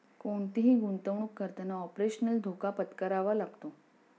कोणतीही गुंतवणुक करताना ऑपरेशनल धोका पत्करावा लागतो